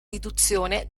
riduzione